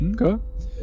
Okay